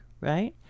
right